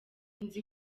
inzu